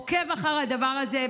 עוקב אחר הדבר הזה,